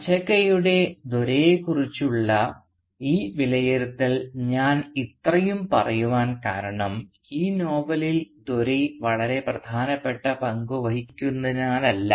അച്ചക്കയുടെ ദോരൈയെക്കുറിച്ചുള്ള ഈ വിലയിരുത്തൽ ഞാൻ ഇത്രയും പറയുവാൻ കാരണം ഈ നോവലിൽ ദോരൈ വളരെ പ്രധാനപ്പെട്ട പങ്ക് വഹിക്കുന്നതിനാലല്ല